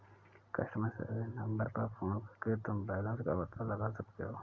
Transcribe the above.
customer service number पर phone करके तुम बैलन्स का पता लगा सकते हो